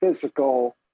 physical